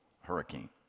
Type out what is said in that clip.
hurricane